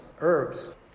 herbs